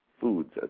foods